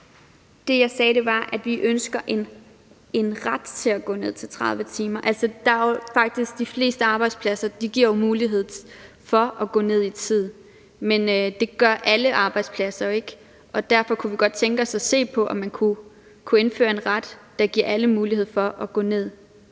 Det, jeg sagde, var, at vi ønsker at indføre en ret til at gå ned på 30 timer. De fleste arbejdspladser giver jo faktisk mulighed for at gå ned i tid, men det gør alle arbejdspladser ikke, og derfor kunne vi godt tænke os at se på, om man kunne indføre en ret, der gav alle mulighed for at gå ned i tid.